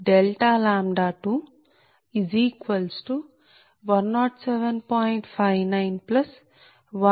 591